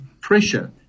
pressure